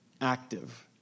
Active